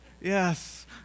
yes